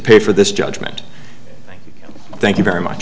pay for this judgment thank you very much